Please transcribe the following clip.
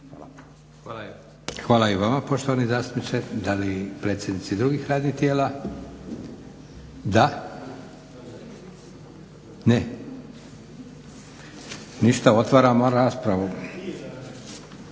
Hvala i vama poštovani zastupniče. Da li predsjednici drugih radnih tijela? Da. Ne? Ništa, otvaramo raspravu.